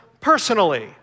personally